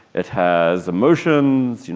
it has emotions, you know